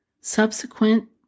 subsequent